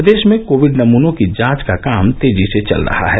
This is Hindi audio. प्रदेश में कोविड नमूनों की जांच का काम तेजी से चल रहा है